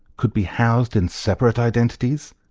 could be housed in separate identities,